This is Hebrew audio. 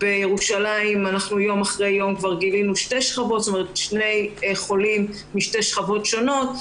בירושלים יום אחרי יום גילינו שני חולים משתי שכבות שונות.